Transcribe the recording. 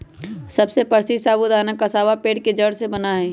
सबसे प्रसीद्ध साबूदाना कसावा पेड़ के जड़ से बना हई